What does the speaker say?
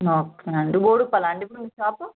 okay అండి బోడుప్పలా అండి ఇప్పుడు మీ షాపు